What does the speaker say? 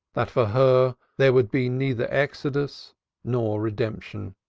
that for her there would be neither exodus nor redemption.